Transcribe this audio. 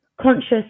conscious